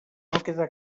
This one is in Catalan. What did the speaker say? queda